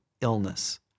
illness